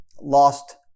lost